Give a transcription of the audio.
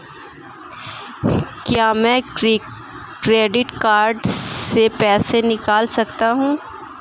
क्या मैं credit card से पैसे निकाल सकता हूँ?